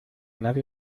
nadie